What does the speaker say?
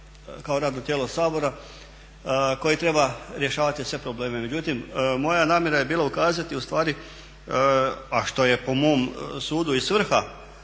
kao radno tijelo Sabora koji treba rješavati sve probleme. Međutim, moja namjera je bila ukazati ustvari, a što je po mom sudu i svrha